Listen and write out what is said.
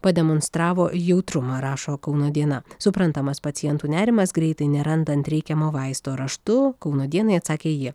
pademonstravo jautrumą rašo kauno diena suprantamas pacientų nerimas greitai nerandant reikiamo vaisto raštu kauno dienai atsakė ji